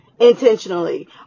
intentionally